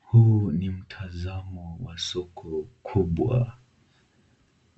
Huu ni mtazamo wa soko kubwa,